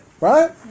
Right